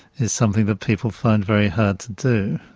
is something that people find very hard to do.